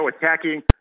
attacking